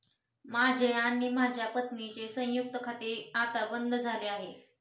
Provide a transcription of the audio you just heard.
माझे आणि माझ्या पत्नीचे संयुक्त खाते आता बंद झाले आहे